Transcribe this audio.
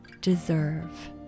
deserve